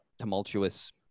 tumultuous